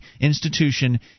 institution